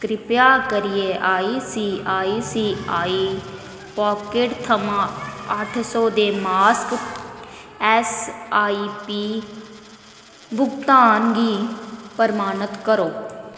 कृपा करियै ICICI Pockets थमां ट्ठ सौ दे मासक ऐस्सआईपी भुगतान गी प्रमाणत करो